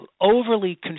overly